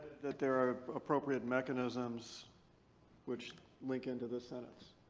that there are appropriate mechanisms which link into this sentence.